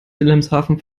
wilhelmshaven